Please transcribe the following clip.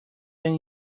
ten